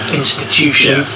institution